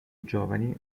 giovani